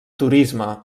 turisme